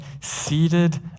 seated